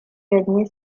gagnée